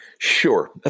Sure